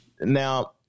Now